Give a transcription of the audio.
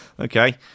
Okay